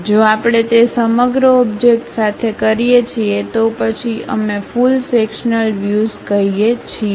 જો આપણે તે સમગ્ર ઓબ્જેક્ટ સાથે કરીએ છીએ તો પછી અમે ફુલ સેક્શન્લ વ્યુઝ કહીએ છીએ